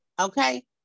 okay